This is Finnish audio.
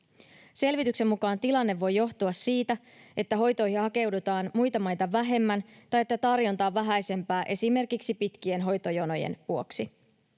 Selvityksen mukaan tilanne voi johtua siitä, että hoitoihin hakeudutaan muita maita vähemmän tai että tarjonta on vähäisempää esimerkiksi pitkien hoitojonojen vuoksi.